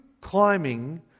climbing